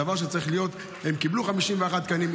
הדבר שצריך להיות: הם קיבלו 51 תקנים,